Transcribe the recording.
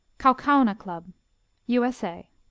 kaukauna club u s a.